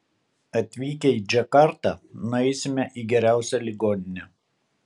atvykę į džakartą nueisime į geriausią ligoninę